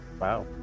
wow